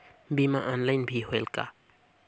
बीमा ऑनलाइन भी होयल का?